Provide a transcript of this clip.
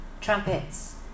trumpets